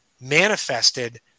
manifested